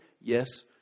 yes